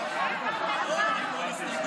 שמית על ההסתייגות.